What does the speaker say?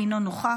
אינו נוכח,